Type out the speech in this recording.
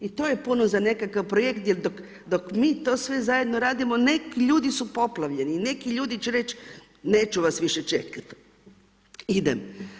To je puno za nekakav projekt, jer dok mi to sve zajedno radimo, neki, ljudi su poplavljeni, ljudi će reći neću vas više čekati, idem.